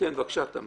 כן, בבקשה, תמר.